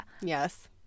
Yes